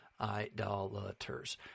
idolaters